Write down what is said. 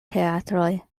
teatroj